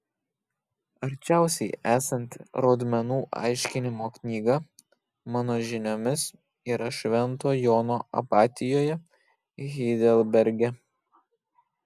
arčiausiai esanti rodmenų aiškinimo knyga mano žiniomis yra švento jono abatijoje heidelberge